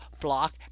Block